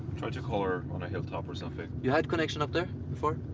try to call her on a hilltop or something. you had connection up there before?